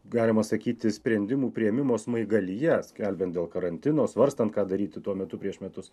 galima sakyti sprendimų priėmimo smaigalyje skelbiant dėl karantino svarstant ką daryti tuo metu prieš metus